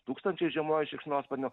tūkstančiai žiemoja šikšnosparnių